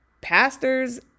pastors